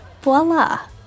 voila